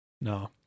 No